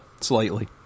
slightly